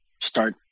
start